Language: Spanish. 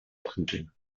argentina